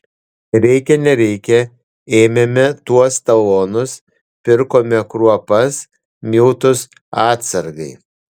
reikia nereikia ėmėme tuos talonus pirkome kruopas miltus atsargai